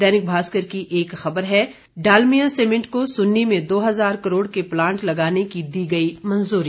दैनिक भास्कर की एक खबर है डालमिया सीमेंट को सुन्नी में दो हजार करोड़ के प्लांट लगाने की दी गई मंजूरी